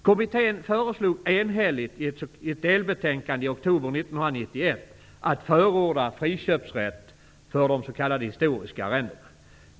Kommittén föreslog enhälligt i ett delbetänkande i oktober 1991 att förorda friköpsrätt för s.k. historiska arrenden.